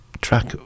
track